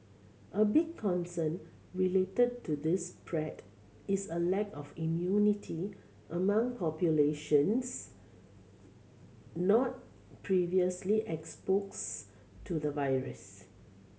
a big concern related to this spread is a lack of immunity among populations not previously exposed to the virus